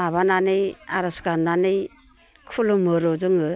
माबानानै आरज गाबनानै खुलुमो र' जोङो